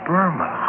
Burma